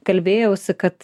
kalbėjausi kad